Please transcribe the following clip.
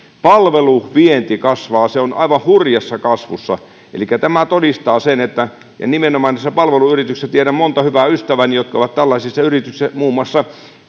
palveluvienti kasvaa se on aivan hurjassa kasvussa elikkä tämä todistaa sen että nimenomaan niissä palveluyrityksissä moni hyvä ystäväni on tällaisissa yrityksissä muun muassa